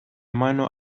mano